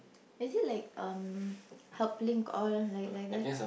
is it like um helping all like like that